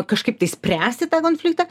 kažkaip tai spręsti tą konfliktą